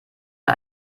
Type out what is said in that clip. man